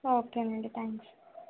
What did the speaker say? okay అండి thanks